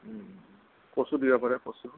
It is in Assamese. কচু দিব পাৰে কচু